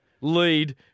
lead